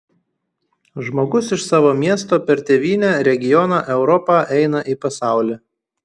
žmogus iš savo miesto per tėvynę regioną europą eina į pasaulį